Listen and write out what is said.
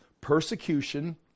Persecution